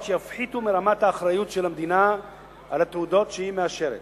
שיפחיתו מרמת האחריות של המדינה על התעודות שהיא מאשרת,